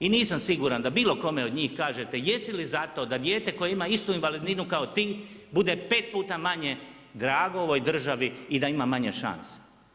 I nisam siguran da bilo kome od njih kažete jesi li za to da dijete koje ima istu invalidninu kao i ti, bude pet puta manje drago ovoj državi i da ima manje šanse.